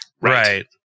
Right